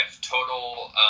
total